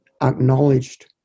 acknowledged